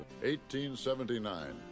1879